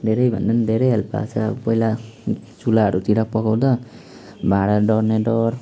धेरै भन्दा पनि धेरै हेल्प भएको छ पहिला चुल्हाहरूतिर पकाउँदा भाँडा डढ्ने डर